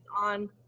on